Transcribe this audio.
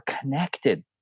connected